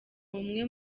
umwe